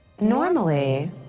Normally